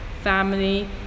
family